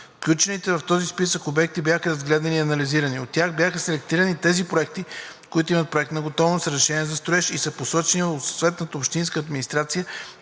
Включените в този списък обекти бяха разгледани и анализирани. От тях бяха селектирани тези проекти, които имат проектна готовност, разрешения за строеж и са посочени от съответната общинска администрация